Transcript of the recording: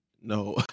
No